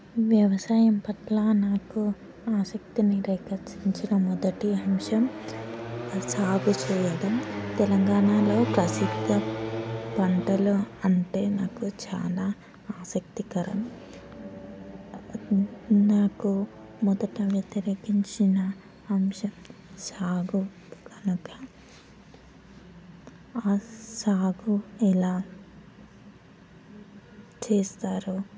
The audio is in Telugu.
వ్యవసాయం పట్ల నాకు ఆసక్తిని రేకిత్తించిన మొదటి అంశం సాగు చేయడం తెలంగాణలో ప్రసిద్ధ పంటలు అంటే నాకు చాలా ఆసక్తికరం నాకు మొదట వ్యతిరేకించిన అంశం సాగు అనగా ఆ సాగు ఎలా చేస్తారు